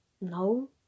No